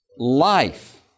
Life